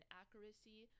accuracy